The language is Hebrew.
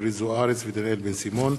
אורית זוארץ ודניאל בן-סימון.